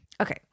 Okay